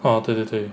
orh 对对对